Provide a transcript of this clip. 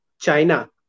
China